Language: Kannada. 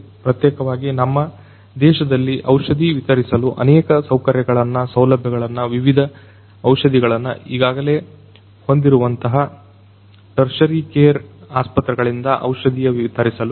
ಪ್ರತ್ಯೇಕವಾಗಿ ನಮ್ಮ ನಮ್ಮ ದೇಶದಲ್ಲಿ ಔಷಧಿ ವಿತರಿಸಲು ಅನೇಕ ಸೌಕರ್ಯಗಳನ್ನು ಸೌಲಭ್ಯಗಳನ್ನು ವಿವಿಧ ಔಷಧಿಗಳನ್ನು ಈಗಾಗಲೇ ಹೊಂದಿರುವಂತಹ ಟೆರ್ಶರಿ ಕೇರ್ ಆಸ್ಪತ್ರೆಗಳಿಂದ ಔಷಧೀಯ ವಿತರಿಸಲು